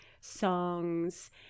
songs